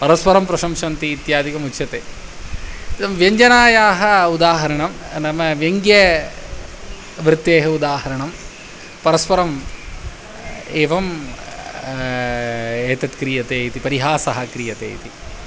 परस्परं प्रशंसन्ति इत्यादिकमुच्यते इदं व्यञ्जनायाः उदाहरणं नाम व्यङ्ग्यवृत्तेः उदाहरणं परस्परम् एवम् एतत् क्रियते इति परिहासः क्रियते इति